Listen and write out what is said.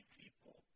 people